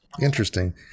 Interesting